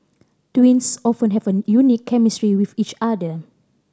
twins often have a unique chemistry with each other